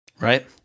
Right